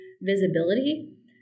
visibility